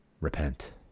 Repent